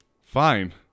Fine